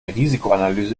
risikoanalyse